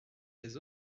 des